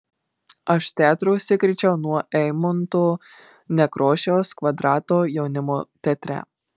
aš teatru užsikrėčiau nuo eimunto nekrošiaus kvadrato jaunimo teatre